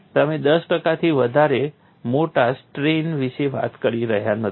તમે 10 ટકાથી વધારે મોટા સ્ટ્રેઇન વિશે વાત કરી રહ્યા નથી